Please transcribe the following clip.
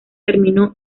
terminó